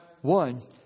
One